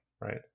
right